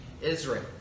Israel